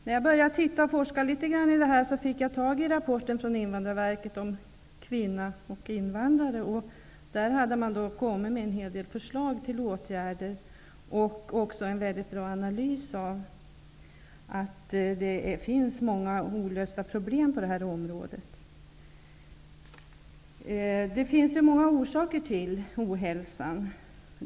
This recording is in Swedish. När jag började forska litet grand i detta fick jag tag i Invandrarverkets rapport ''Invandrare och kvinna''. I den fanns en hel del förslag till åtgärder samt också en bra analys som visade att det finns många olösta problem på detta område. Det finns många orsaker till ohälsan.